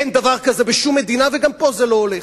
אין דבר כזה בשום מדינה וגם פה זה לא הולך.